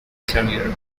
career